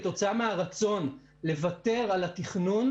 כתוצאה מהרצון לוותר על התכנון,